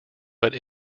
but